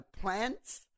plants